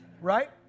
Right